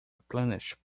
replenished